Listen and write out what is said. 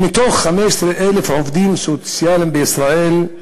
מתוך 15,000 עובדים סוציאליים בישראל,